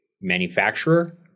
manufacturer